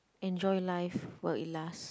enjoy life while it last